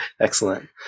Excellent